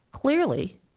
Clearly